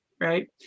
right